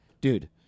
Dude